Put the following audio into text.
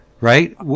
Right